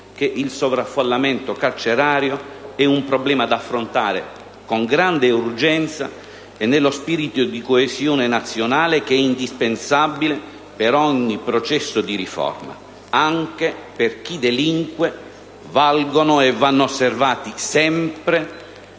«Il sovraffollamento carcerario è un problema da affrontare con grande urgenza e nello spirito di coesione nazionale, che è indispensabile per ogni processo di riforma (...); anche per chi delinque valgono e vanno osservati sempre e